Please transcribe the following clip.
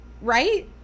Right